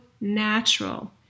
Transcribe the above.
natural